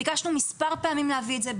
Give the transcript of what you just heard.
ביקשנו מספר פעמים להביא את זה,